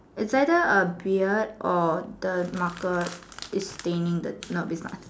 it's either a beard or the marker is staining the no be fun